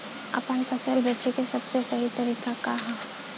आपन फसल बेचे क सबसे सही तरीका का ह?